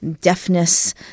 Deafness